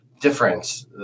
difference